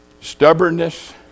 Stubbornness